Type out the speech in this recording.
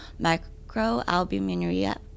microalbuminuria